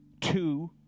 two